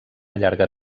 llarga